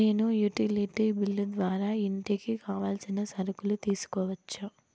నేను utility bill ద్వారా ఇంటికి కావాల్సిన సరుకులు తీసుకోవచ్చా?